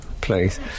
please